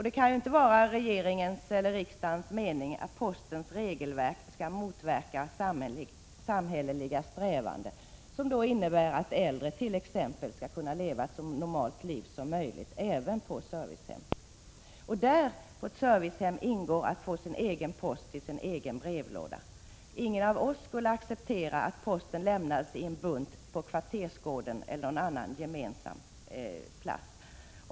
Det kan väl inte vara regeringens eller riksdagens mening att postens regelverk skall motverka samhälleliga strävanden som innebär att t.ex. äldre skall kunna leva ett så normalt liv som möjligt även på servicehem. Däri ingår att få sin egen post till sin egen postlåda. Ingen av oss skulle acceptera att posten lämnades i en bunt på kvartersgården eller någon annan gemensam plats.